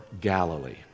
Galilee